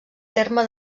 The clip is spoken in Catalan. terme